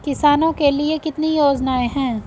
किसानों के लिए कितनी योजनाएं हैं?